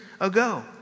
ago